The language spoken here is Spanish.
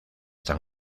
tan